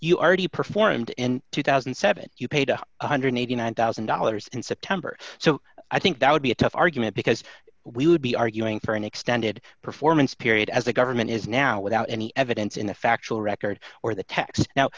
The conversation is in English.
you already performed in two thousand and seven you paid one hundred and eighty nine thousand dollars in september so i think that would be a tough argument because we would be arguing for an extended performance period as the government is now without any evidence in the factual record or the tax now